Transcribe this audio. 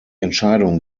entscheidung